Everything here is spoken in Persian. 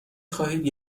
خواهید